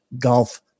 golf